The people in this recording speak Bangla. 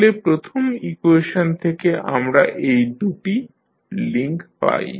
তাহলে প্রথম ইকুয়েশন থেকে আমরা এই দু'টি লিংক পাই